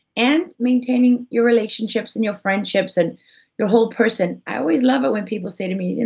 and maintaining your relationships and your friendships, and your whole person i always love it when people say to me,